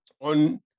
on